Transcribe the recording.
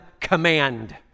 command